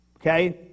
Okay